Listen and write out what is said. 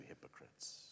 hypocrites